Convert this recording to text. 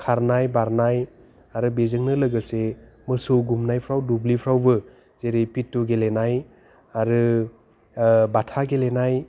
खारनाय बारनाय आरो बेजोंनो लोगोसे मोसौ गुमनायफ्राव दुब्लिफ्रावबो जेरै फिथु गेलेनाय आरो बाथा गेलेनाय